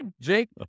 Jake